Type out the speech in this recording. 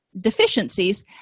deficiencies